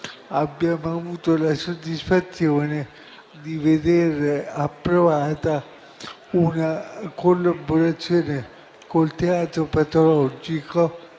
abbiamo avuto la soddisfazione di veder approvata una collaborazione con il Teatro Patologico,